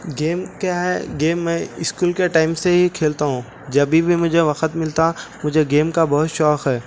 game کیا ہے game میں اسکول کے ٹائم سے ہی کھیلتا ہوں جب بھی مجھے وقت ملتا مجھے گیم کا بہت شوق ہے